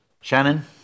Shannon